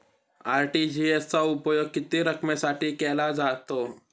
RTGS चा उपयोग किती रकमेसाठी केला जातो?